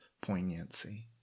poignancy